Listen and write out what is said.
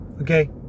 Okay